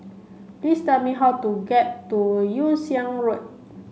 please tell me how to get to Yew Siang Road